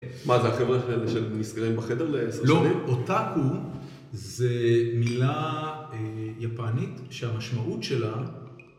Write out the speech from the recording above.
מה, זה החברה של נסגרים בחדר לעשר שנים? לא, אותאקו זה מילה יפנית שהמשמעות שלה...